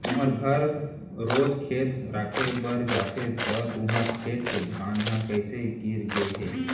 तुँहर घर रोज खेत राखे बर जाथे त तुँहर खेत के धान ह कइसे गिर गे हे?